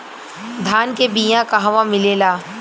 धान के बिया कहवा मिलेला?